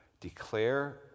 declare